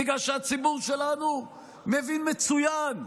בגלל שהציבור שלנו מבין מצוין,